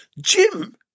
Jim